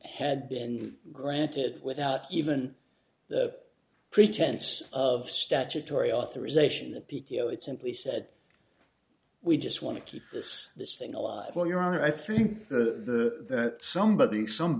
had been granted without even the pretense of statutory authorization the p t o it simply said we just want to keep this this thing alive for your honor i think that somebody some